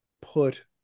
Put